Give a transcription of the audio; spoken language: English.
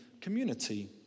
community